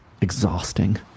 exhausting